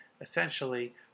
essentially